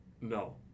No